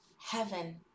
heaven